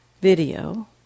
video